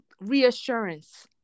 reassurance